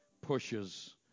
pushes